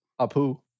apu